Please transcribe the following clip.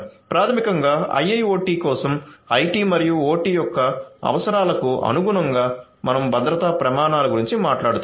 ప్రాథమికంగా IIoT కోసం IT మరియు OT యొక్క అవసరాలకు అనుగుణంగా మనం భద్రతా ప్రమాణాల గురించి మాట్లాడుతున్నాము